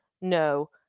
No